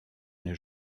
une